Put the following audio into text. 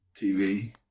TV